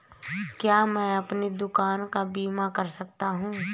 क्या मैं अपनी दुकान का बीमा कर सकता हूँ?